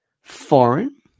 Foreign